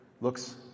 Looks